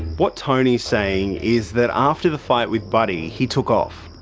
what tony's saying is that after the fight with buddy, he took off.